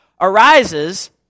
arises